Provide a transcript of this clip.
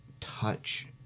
touch